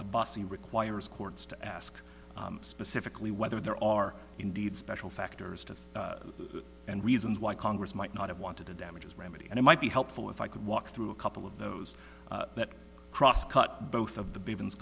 a bussy requires courts to ask specifically whether there are indeed special factors to thought and reasons why congress might not have wanted to damages remedy and it might be helpful if i could walk through a couple of those that cross cut both of